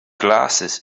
glasses